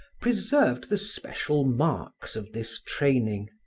preserved the special marks of this training.